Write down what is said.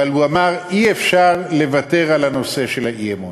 אבל הוא אמר שאי-אפשר לוותר על הנושא של האי-אמון.